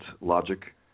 logic